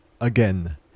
again